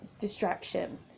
distraction